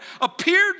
appeared